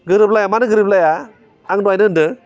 गोरोबलाया मानो गोरोबलाया आं दहायनो होन्दों